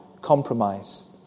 compromise